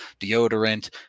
deodorant